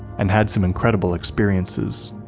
and had some incredible experiences.